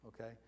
okay